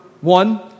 one